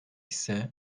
ise